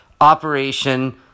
Operation